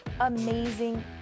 amazing